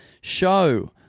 show –